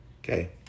okay